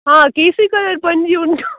ಹಾಂ ಕೇಸರಿ ಕಲರ್ ಪಂಚೆ ಉಂಟು